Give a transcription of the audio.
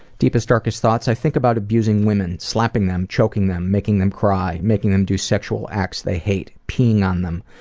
deepest, darkest thoughts? i think about abusing women. slapping them, choking them, making them cry. making them do sexual acts they hate. peeing on them.